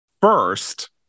first